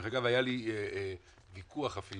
דרך אגב, היה לי ויכוח עם